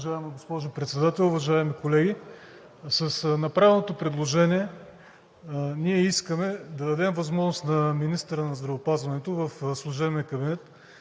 Уважаема госпожо Председател, уважаеми колеги! С направеното предложение ние искаме да дадем възможност на министъра на здравеопазването в служебния кабинет